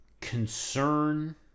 concern